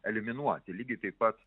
eliminuoti lygiai taip pat